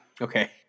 Okay